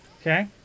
okay